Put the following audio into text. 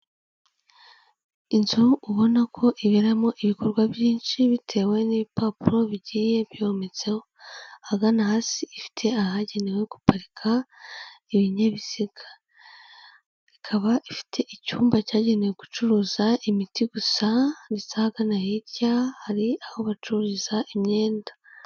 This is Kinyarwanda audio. Inzu ubona ko iberamo ibikorwa byinshi bitewe n'ibipapuro bigiye biyometseho, ahagana hasi, ifite ahagenewe guparika ibinyabiziga. Ikaba ifite icyumba cyagenewe gucuruza imiti gusa ndetse ahagana hirya hari aho bacururiza imyenda.